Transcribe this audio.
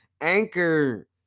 Anchor